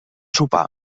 sopar